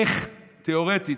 איך תיאורטית,